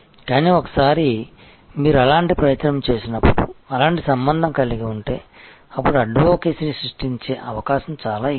కానీ ఒకసారి మీరు అలాంటి ప్రయత్నం చేసినప్పుడు అలాంటి సంబంధం కలిగి ఉంటే అప్పుడు అడ్వొకేసీ సృష్టించే అవకాశం చాలా ఎక్కువ